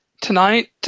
Tonight